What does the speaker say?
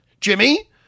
Jimmy